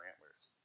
antlers